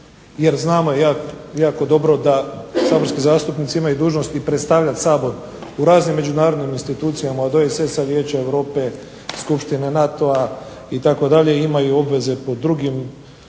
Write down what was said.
znamo jako dobro da saborski zastupnici imaju dužnost i predstavljati Sabor u raznim međunarodnim institucijama od OESS-a, Vijeća Europe, Skupštine NATO-a itd. imaju obveze po drugim osnovama